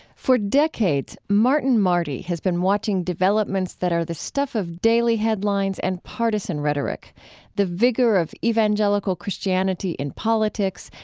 for decades, martin marty has been watching developments that are the stuff of daily headlines and partisan rhetoric the vigor of evangelical christianity in politics,